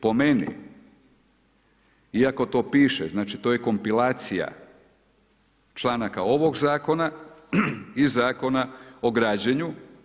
Po meni, iako to piše, znači to je kompilacija članaka ovog zakona i Zakona o građenju.